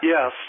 Yes